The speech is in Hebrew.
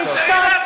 תשתוק.